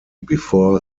before